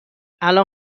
الان